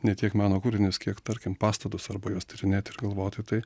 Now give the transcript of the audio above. ne tiek meno kūrinius kiek tarkim pastatus arba juos tyrinėt ir galvoti tai